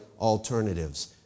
alternatives